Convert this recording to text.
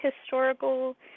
historical